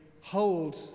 hold